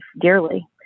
dearly